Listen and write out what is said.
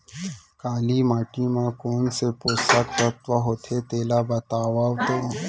काली माटी म कोन से पोसक तत्व होथे तेला बताओ तो?